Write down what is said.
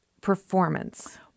performance